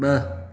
ब॒